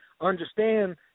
understand